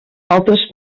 altres